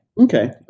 okay